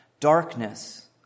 Darkness